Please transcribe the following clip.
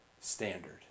standard